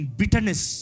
bitterness